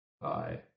bye